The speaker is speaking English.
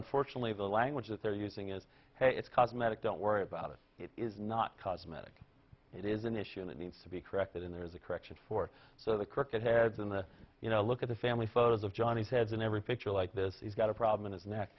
unfortunately the language that they're using is it's cosmetic don't worry about it it is not cosmetic it is an issue that needs to be corrected in there's a correction for so the cricket has in the you know look at the family photos of johnny's heads in every picture like this he's got a problem in his neck